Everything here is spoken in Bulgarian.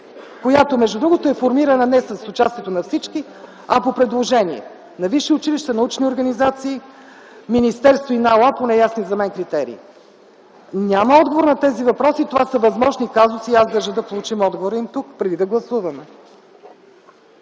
която, между другото, е формирана не с участието на всички, а по предложение на висши училища, научни организации, министерства и НАОА по неясни за мен критерии? Няма отговор на тези въпроси. Това са възможни казуси и аз държа да получим отговора им тук, преди да гласуваме.